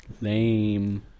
Lame